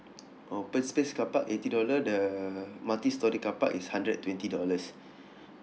open space carpark eighty dollar the multi storey carpark is hundred and twenty dollars